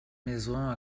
maisons